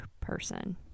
person